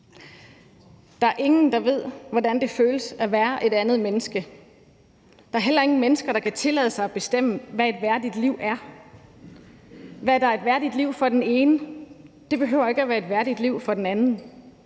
Der er ingen, der ved, hvordan det føles at være et andet menneske. Der er heller ingen mennesker, der kan tillade sig at bestemme, hvad et værdigt liv er. Hvad der er et værdigt liv for den ene, behøver ikke at være et værdigt liv for den anden.